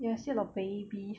you're still a baby